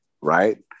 right